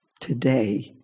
today